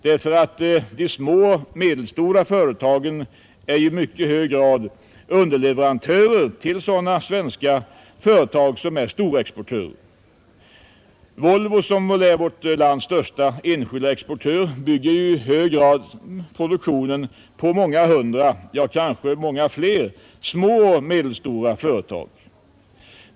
De små och medelstora företagen är ju i mycket hög grad underleverantörer till sådana svenska företag som är storexportörer. Volvo, som väl är vårt lands största enskilda exportör, bygger i hög grad på produktionen vid många hundra — och kanske fler — små och medelstora företag.